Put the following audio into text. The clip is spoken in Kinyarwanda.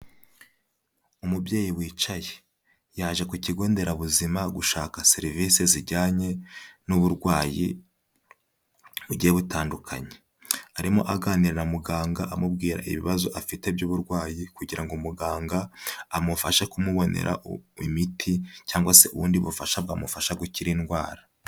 Umubyeyi wicaye, yaje ku kigo nderabuzima gushaka serivisi zijyanye n'uburwayi bugiye butandukanye, arimo aganira na muganga amubwira ibibazo afite by'uburwayi kugira ngo umuganga amufashe kumubonera imiti, cyangwa se ubundi bufasha bwamufasha gukira indwara.